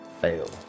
fail